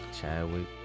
Chadwick